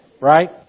right